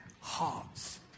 hearts